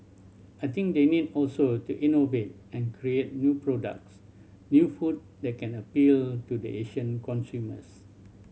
I think they need also to innovate and create new products new food that can appeal to the Asian consumers